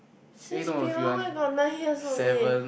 since P one where got nine years only